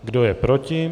Kdo je proti?